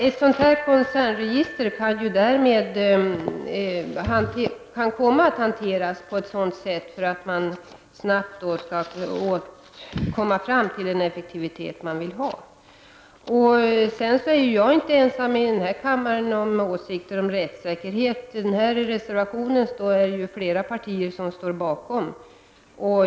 Ett koncernregister kan komma att hanteras på ett mindre lämpligt sätt för att man snabbt skall kunna uppnå den effektivitet man önskar åstadkomma. Jag är inte ensam i den här kammaren om mina åsikter beträffande rättssäkerheten. Bakom reservationen står ju flera partier.